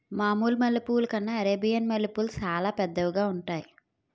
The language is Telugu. మామూలు మల్లె పువ్వుల కన్నా అరేబియన్ మల్లెపూలు సాలా పెద్దవిగా ఉంతాయి